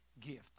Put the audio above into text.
gift